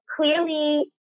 Clearly